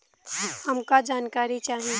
हमका जानकारी चाही?